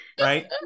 Right